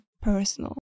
personal